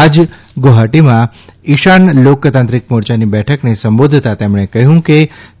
આજ ેગુવાહાટીમાં ઇશાન લોકતાંત્રિક મોરયાની બેઠકને સંબોધતાં તેમણે કહ્યું કે